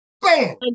Bam